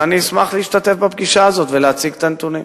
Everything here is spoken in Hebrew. ואני אשמח להשתתף בפגישה הזאת ולהציג את הנתונים.